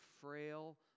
frail